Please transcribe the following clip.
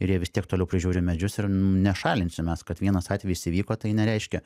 ir jie vis tiek toliau prižiūri medžius ir nešalinsim mes kad vienas atvejis įvyko tai nereiškia